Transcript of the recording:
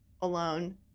alone